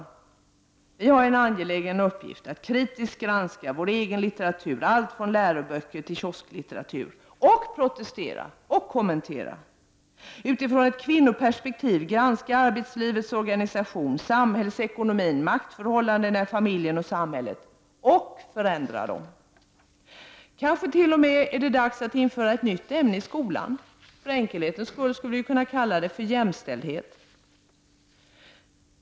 Det är en angelägen uppgift för oss att kritiskt granska vår egen litteratur, allt från läroböcker till kiosklitteratur — och protestera, och kommentera! Utifrån ett kvinnoperspektiv bör vi granska arbetslivets organisation, samhällsekonomin, maktförhållandena i familjen och samhället — och förändra dem! Det är kanske t.o.m. dags att införa ett nytt ämne i skolan. För enkelhetens skull kan vi kalla det för jämställdhet!